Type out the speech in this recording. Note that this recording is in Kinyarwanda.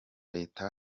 leta